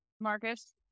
Marcus